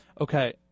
Okay